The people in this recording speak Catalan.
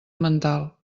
mental